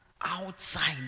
outside